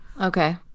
okay